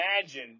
imagine